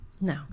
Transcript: No